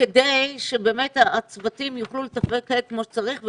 כדי שבאמת הצוותים יוכלו לתפקד כמו שצריך,